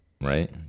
right